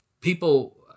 people